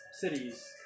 cities